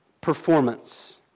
performance